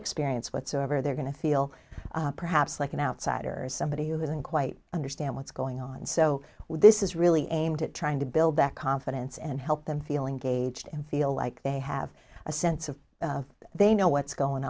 experience whatsoever they're going to feel perhaps like an outsider as somebody who doesn't quite understand what's going on so this is really aimed at trying to build that confidence and help them feeling gaged and feel like they have a sense of they know what's going